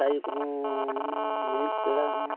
ᱟᱹᱭᱩᱵ ᱦᱚᱸ ᱢᱟᱱᱮ ᱢᱤᱫ ᱵᱮᱲᱟ ᱦᱚᱸ